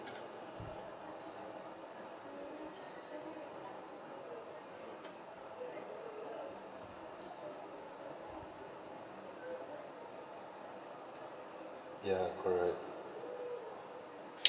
ya correct